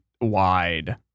wide